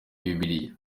bibiliya